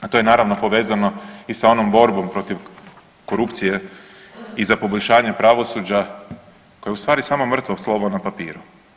A to je naravno povezano i sa onom borbom protiv korupcije i za poboljšanje pravosuđa koje je u stvari samo mrtvo slovo na papiru.